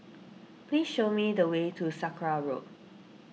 please show me the way to Sakra Road